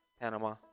Panama